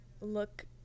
look